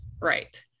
right